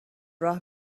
راه